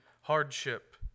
hardship